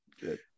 Good